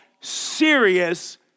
serious